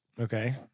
Okay